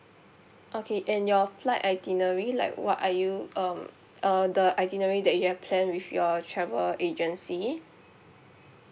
okay and your flight itinerary like what are you um uh the itinerary that you have planned with your travel agency